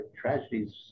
tragedies